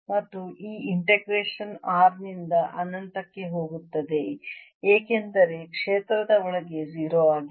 ಮತ್ತು ಈ integration R ನಿಂದ ಅನಂತಕ್ಕೆ ಹೋಗುತ್ತದೆ ಏಕೆಂದರೆ ಕ್ಷೇತ್ರದ ಒಳಗೆ 0 ಆಗಿದೆ